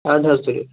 اَدٕ حظ تُلِیو